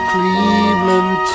Cleveland